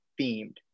themed